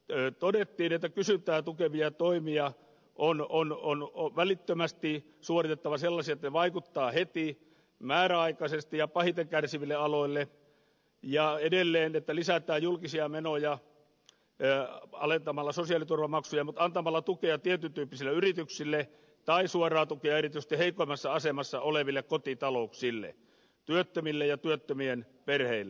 todettiin että kysyntää tukevia toimia on välittömästi suoritettava sellaisia että ne vaikuttavat heti määräaikaisesti ja pahiten kärsiville aloille ja edelleen että lisätään julkisia menoja alentamalla sosiaaliturvamaksuja mutta antamalla tukea tietyn tyyppisille yrityksille tai suoraa tukea erityisesti heikoimmassa asemassa oleville kotitalouksille työttömille ja työttömien perheille